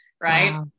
Right